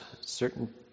certain